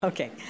Okay